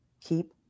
keep